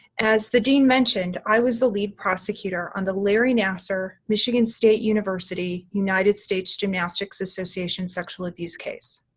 as the dean mentioned, i was the lead prosecutor on the larry nassar, michigan state university, united states gymnastics association sexual abuse case.